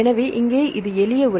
எனவே இங்கே இது எளிய உரை